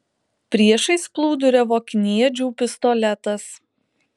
priešais plūduriavo kniedžių pistoletas